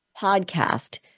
podcast